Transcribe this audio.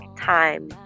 time